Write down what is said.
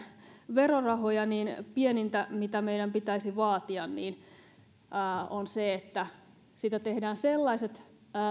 verorahoja niin pienintä mitä meidän pitäisi vaatia on se että siitä tehdään sellaiset